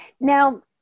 Now